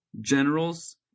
generals